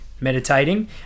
meditating